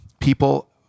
people